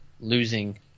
losing